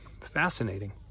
Fascinating